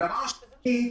הדבר השני,